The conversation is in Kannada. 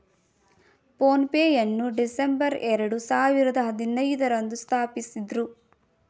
ಫೋನ್ ಪೇ ಯನ್ನು ಡಿಸೆಂಬರ್ ಎರಡು ಸಾವಿರದ ಹದಿನೈದು ರಂದು ಸ್ಥಾಪಿಸಿದ್ದ್ರು